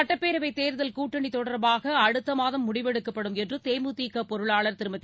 சட்டப்பேரவை தேர்தல் கூட்டணி தொடர்பாக அடுத்த மாதம் முடிவெடுக்கப்படும் என்று தேமுதிக பொருளாளர் திருமதி